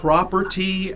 Property